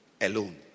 alone